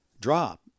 drop